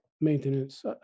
maintenance